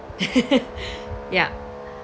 yup